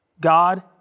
God